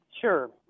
Sure